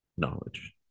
knowledge